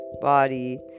body